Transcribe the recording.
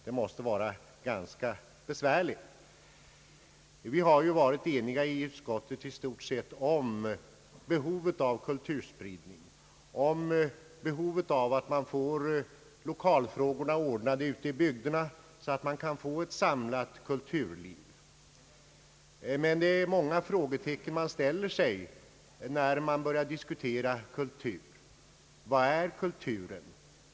Det måste vara ganska besvärligt. I utskottet har vi i stort sett varit eniga om behovet av kulturspridning, av att man får lokalfrågorna ordnade ute i bygderna, så att man kan få ett samlat kulturliv. Men det är många frågetecken, när man börjar diskutera kultur. Vad är kultur?